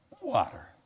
Water